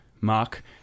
mark